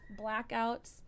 blackouts